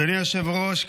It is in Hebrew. אדוני היושב-ראש,